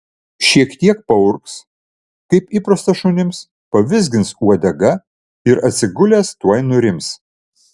šiek tiek paurgs kaip įprasta šunims pavizgins uodega ir atsigulęs tuoj nurims